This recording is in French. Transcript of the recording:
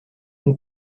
mon